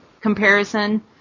comparison